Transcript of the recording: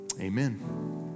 Amen